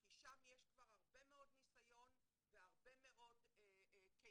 כי שם יש כבר הרבה מאוד ניסיון והרבה מאוד כלים,